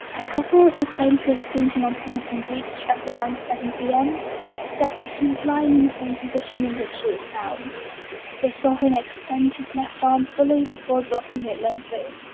a couple who claimed to have seen him on somerton beach at around seven pm said that he was lying in the same position in which he was found they saw him extend his left arm fully before dropping it limply.